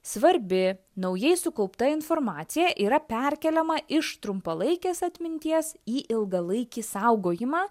svarbi naujai sukaupta informacija yra perkeliama iš trumpalaikės atminties į ilgalaikį saugojimą